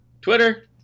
twitter